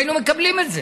והיינו מקבלים את זה,